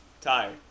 tired